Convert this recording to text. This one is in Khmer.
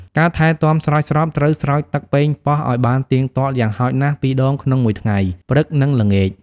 ការថែទាំស្រោចស្រព ត្រូវស្រោចទឹកប៉េងប៉ោះឲ្យបានទៀងទាត់ យ៉ាងហោចណាស់ពីរដងក្នុងមួយថ្ងៃ (ព្រឹក និងល្ងាច)។